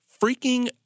Freaking